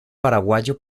paraguayo